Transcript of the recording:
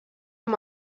amb